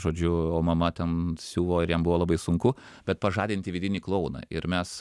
žodžiu o mama ten siuvo ir jam buvo labai sunku bet pažadinti vidinį klouną ir mes